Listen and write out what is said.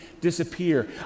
disappear